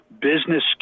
business